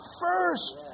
first